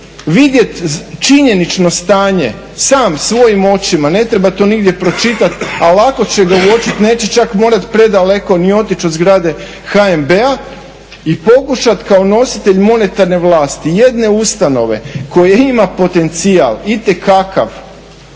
vidjet činjenično stanje sam svojim očima, ne treba to nigdje pročitat, a ovako će ga uočit, neće čak morat predaleko ni otić od zgrade HNB-a i pokušat kao nositelj monetarne vlasti, jedne ustanove koja ima potencijal itekakav